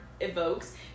evokes